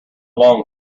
long